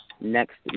next